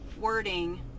wording